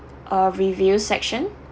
uh review section